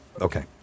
Okay